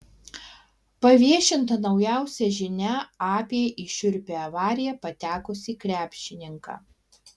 paviešinta naujausia žinia apie į šiurpią avariją patekusį krepšininką